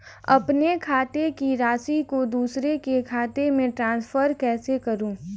अपने खाते की राशि को दूसरे के खाते में ट्रांसफर कैसे करूँ?